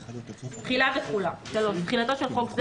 "תחילה ותחולה 3. (א)תחילתו של חוק זה